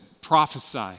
prophesy